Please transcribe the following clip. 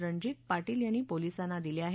रणजित पाटील यांनी पोलिसांना दिले आहेत